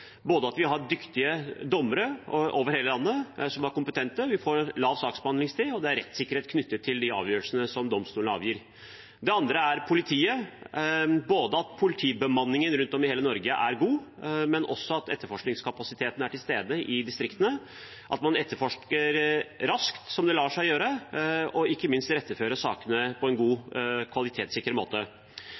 både at politibemanningen rundt om i hele Norge er god, at etterforskningskapasiteten er til stede i distriktene, at man etterforsker så raskt som det lar seg gjøre, og ikke minst at man rettefører sakene på en god og kvalitetssikker måte.